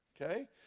Okay